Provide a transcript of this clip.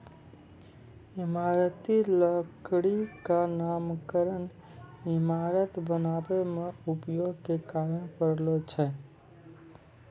इमारती लकड़ी क नामकरन इमारत बनावै म प्रयोग के कारन परलो छै